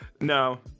No